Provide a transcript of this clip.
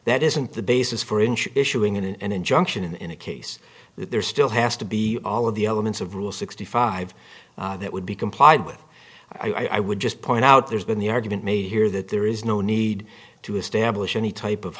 that isn't the basis for inch issuing an injunction in a kid there still has to be all of the elements of rule sixty five that would be complied with i would just point out there's been the argument made here that there is no need to establish any type of